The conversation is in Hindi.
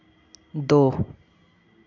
दो